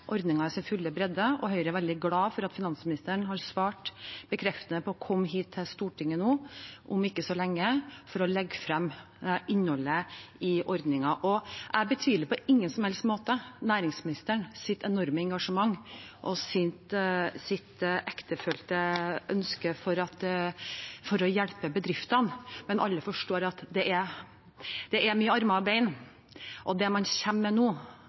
sin fulle bredde. Høyre er veldig glad for at finansministeren har svart bekreftende på å komme hit til Stortinget om ikke så lenge for å legge frem innholdet i ordningen. Jeg betviler på ingen som helst måte næringsministerens enorme engasjement for og ektefølte ønske om å hjelpe bedriftene, men alle forstår at det er mye armer og bein. Det man mest sannsynlig kommer med nå,